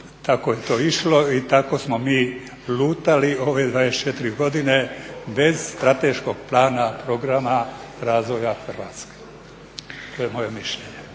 tako je to išlo i tako smo mi lutali ove 24 godine bez strateškog plana, programa razvoja Hrvatske. To je moje mišljenje.